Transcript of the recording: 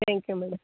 thank you madam